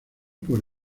por